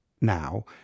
now